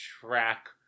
track